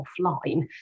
offline